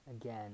again